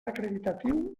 acreditatiu